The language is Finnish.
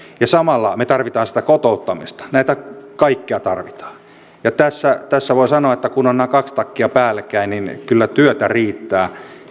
ja samalla me tarvitsemme sitä kotouttamista näitä kaikkia tarvitaan tässä tässä voin sanoa että kun on nämä kaksi takkia päällekkäin niin kyllä työtä riittää